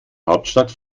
hauptstadt